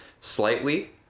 slightly